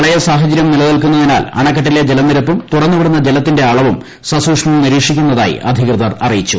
പ്രള്യസാഹചര്യം നിലനിൽക്കുന്നതിനാൽ അണക്കെട്ടിലെ ജലനിരപ്പും തുറന്നുവിടുന്ന ജലത്തിന്റെ അളവും സൂക്ഷ്മം നിരീക്ഷിക്കുന്നതായി അധികൃതർ അറിയിച്ചു